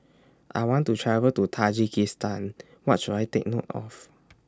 I want to travel to Tajikistan What should I Take note of